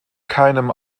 keinem